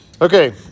okay